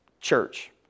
church